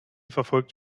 verfolgt